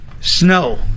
Snow